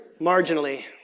Marginally